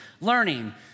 learning